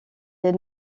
les